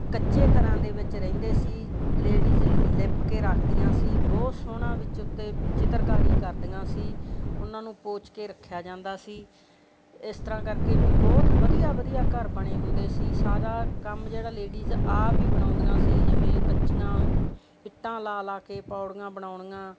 ਕੱਚੇ ਘਰਾਂ ਦੇ ਵਿੱਚ ਰਹਿੰਦੇ ਸੀ ਲੇਡੀਜ਼ ਲਿੱਪ ਕੇ ਰੱਖਦੀਆਂ ਸੀ ਬਹੁਤ ਸੋਹਣਾ ਵਿੱਚ ਉੱਤੇ ਚਿੱਤਰਕਾਰੀ ਕਰਦੀਆਂ ਸੀ ਉਹਨਾਂ ਨੂੰ ਪੋਚ ਕੇ ਰੱਖਿਆ ਜਾਂਦਾ ਸੀ ਇਸ ਤਰ੍ਹਾਂ ਕਰਕੇ ਵੀ ਬਹੁਤ ਵਧੀਆ ਵਧੀਆ ਘਰ ਬਣੇ ਹੁੰਦੇ ਸੀ ਸਾਰਾ ਕੰਮ ਜਿਹੜਾ ਲੇਡੀਜ਼ ਆਪ ਹੀ ਬਣਾਉਂਦੀਆਂ ਸੀ ਜਿਵੇਂ ਕੱਚੀਆਂ ਇੱਟਾਂ ਲਗਾ ਲਗਾ ਕੇ ਪੌੜੀਆਂ ਬਣਾਉਣੀਆਂ